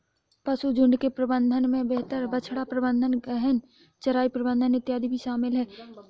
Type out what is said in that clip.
पशुझुण्ड के प्रबंधन में बेहतर बछड़ा प्रबंधन, गहन चराई प्रबंधन इत्यादि भी शामिल है